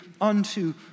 unto